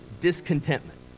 discontentment